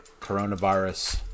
coronavirus